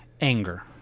anger